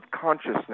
consciousness